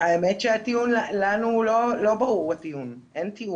לנו לא ברור הטיעון, אין טיעון.